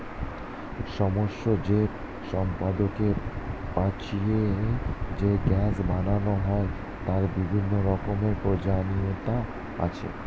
সমস্ত জৈব সম্পদকে পচিয়ে যে গ্যাস বানানো হয় তার বিভিন্ন রকমের প্রয়োজনীয়তা আছে